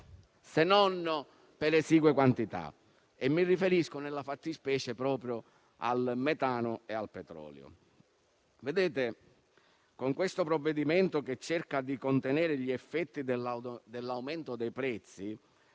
se non per esigue quantità: mi riferisco nella fattispecie proprio al metano e al petrolio. Con il provvedimento in esame, che cerca di contenere gli effetti dell'aumento dei prezzi,